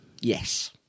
yes